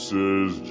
Says